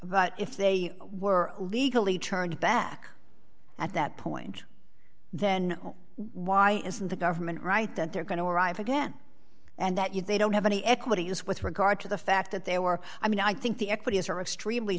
but if they were legally turned back at that point then why isn't the government right that they're going to arrive again and that you they don't have any equities with regard to the fact that they were i mean i think the equities are extremely